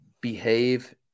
behave